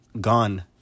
gone